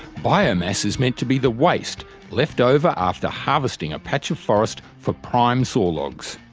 biomass is meant to be the waste left over after harvesting a patch of forest for prime sawlogs.